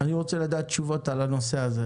אני רוצה לקבל תשובות על הנושאים הללו.